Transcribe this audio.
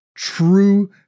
true